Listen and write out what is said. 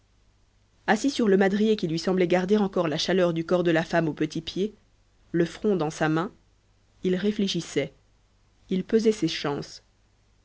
assis sur le madrier qui lui semblait garder encore la chaleur du corps de la femme au petit pied le front dans sa main il réfléchissait il pesait ses chances